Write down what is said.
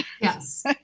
yes